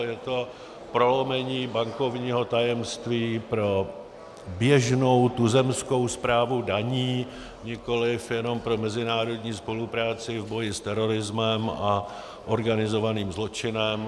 Je to prolomení bankovního tajemství pro běžnou tuzemskou správu daní, nikoliv jenom pro mezinárodní spolupráci v boji s terorismem a organizovaným zločinem.